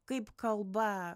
kaip kalba